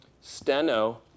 steno